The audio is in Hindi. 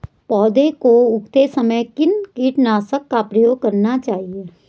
पौध को उगाते समय किस कीटनाशक का प्रयोग करना चाहिये?